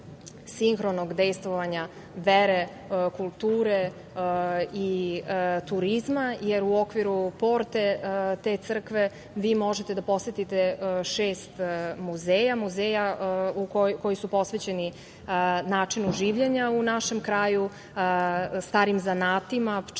sinhronog dejstva vere, kulture i turizma, jer u okviru porte te crkve možete da posetite šest muzeja koji su posvećeni načinu življenja u našem kraju, starim zanatima, pčelarstvu,